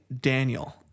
Daniel